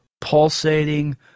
pulsating